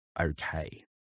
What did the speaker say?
Okay